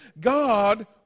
God